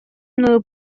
мною